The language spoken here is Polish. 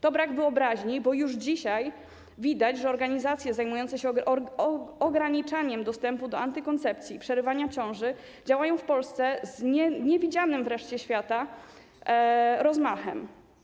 To brak wyobraźni, bo już dzisiaj widać, że organizacje zajmujące się ograniczaniem dostępu do antykoncepcji i przerywania ciąży działają w Polsce z niewidzianym w reszcie świata rozmachem.